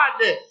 God